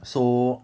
so